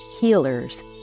healers